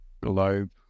globe